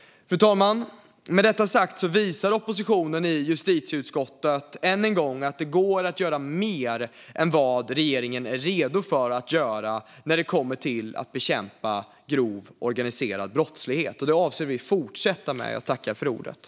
Fru talman! Oppositionen i justitieutskottet visar än en gång att det går att göra mer än vad regeringen är redo att göra när det gäller att bekämpa grov organiserad brottslighet. Det avser vi att fortsätta med.